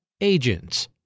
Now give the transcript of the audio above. Agents